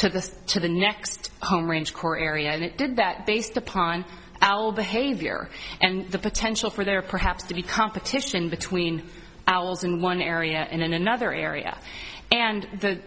to the to the next home range core area and it did that based upon alba havior and the potential for there perhaps to be competition between owls in one area and in another area and the